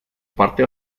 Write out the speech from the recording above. parte